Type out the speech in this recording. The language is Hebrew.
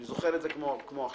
אני זוכר את זה כמו עכשיו,